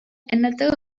another